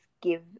give